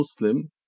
Muslim